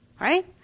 Right